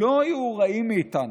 לא היו רעים מאיתנו,